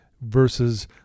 Versus